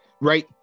right